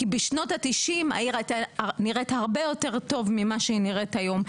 כי בשנות ה-90 העיר הייתה נראית הרבה יותר טוב ממה שהיא נראית היום.